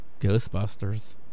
Ghostbusters